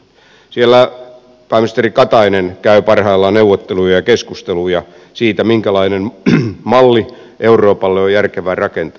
siellä pääministeri katainen käy parhaillaan neuvotteluja ja keskusteluja siitä minkälainen malli euroopalle on järkevä rakentaa